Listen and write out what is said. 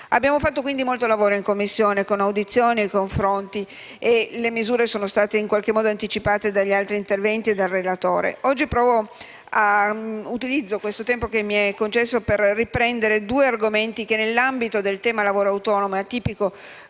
Abbiamo svolto molto lavoro in Commissione, con audizioni e confronti. Le misure sono state anticipate dagli altri interventi e dal relatore. Oggi utilizzerò il tempo che mi è concesso per riprendere due argomenti che, nell'ambito del tema lavoro autonomo e atipico